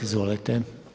Izvolite.